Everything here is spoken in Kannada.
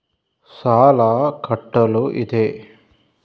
ಸಾಲ ಕಟ್ಟಲು ಇದೆ